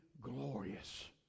glorious